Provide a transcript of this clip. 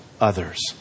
others